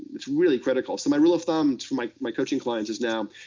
it's really critical so my rule of thumb for my my coaching clients is now,